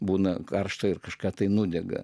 būna karšta ir kažką tai nudega